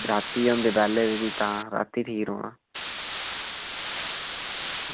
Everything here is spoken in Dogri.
ते रातीं होंदे बेल्लै तां रातीं ठीक रौह्ना